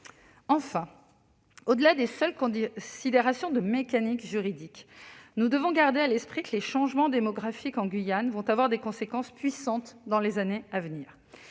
Au-delà des seules considérations de mécanique juridique, nous devons garder à l'esprit que les changements démographiques en Guyane vont avoir des conséquences puissantes dans les années à venir.